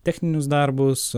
techninius darbus